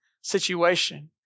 situation